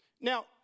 Now